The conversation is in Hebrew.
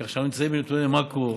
כך שאנחנו נמצאים בנתוני מקרו,